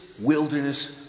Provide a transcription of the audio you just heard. wilderness